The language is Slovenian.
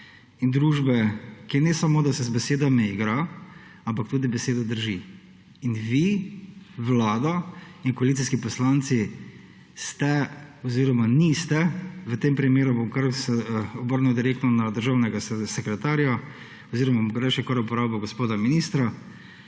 in družbe, ki ne samo, da se z besedami igra, ampak tudi besedo drži. In vi, vlada in koalicijski poslanci ste oziroma niste, v tem primeru bom kar se obrnil direktno na državnega sekretarja oziroma bom raje kar uporabil gospoda ministra